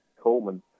Coleman